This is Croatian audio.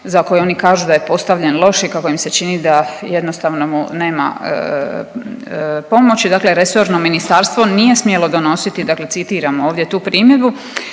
za koje oni kažu da je postavljen loš i kako im se čini da jednostavno mu nema pomoći. Dakle resorno ministarstvo nije smjelo donositi, dakle citiram ovdje tu primjedbu.